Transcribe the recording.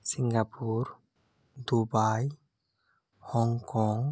Singapore Dubai Hong Kong